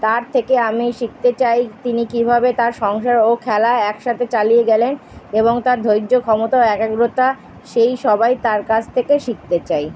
তার থেকে আমি শিখতে চাই তিনি কীভাবে তার সংসার ও খেলা এক সাথে চালিয়ে গেলেন এবং তার ধৈর্য ক্ষমতা ও একাগ্রতা সেই সবাই তার কাছ থেকে শিখতে চাই